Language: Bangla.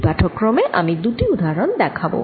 এই পাঠক্রমে আমি দুটি উদাহরন করে দেখাব